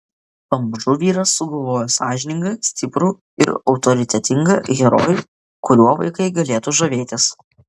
pamažu vyras sugalvojo sąžiningą stiprų ir autoritetingą herojų kuriuo vaikai galėtų žavėtis